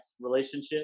relationship